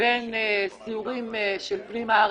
סיורים בפנים הארץ,